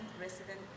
resident